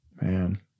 Man